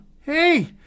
hey